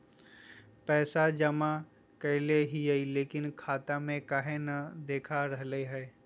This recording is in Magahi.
पैसा जमा कैले हिअई, लेकिन खाता में काहे नई देखा रहले हई?